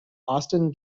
austin